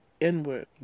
inward